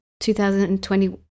2020